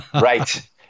Right